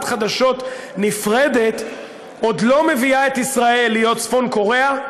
חדשות נפרדת עוד לא מביאה את ישראל להיות צפון-קוריאה,